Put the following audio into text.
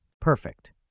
Perfect